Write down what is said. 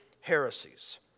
heresies